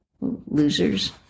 Losers